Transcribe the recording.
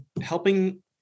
helping